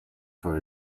for